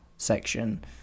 section